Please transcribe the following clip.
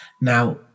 now